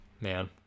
Man